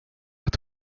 att